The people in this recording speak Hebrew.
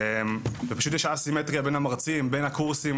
יש פשוט א-סימטריה בין המרצים, בין הקורסים.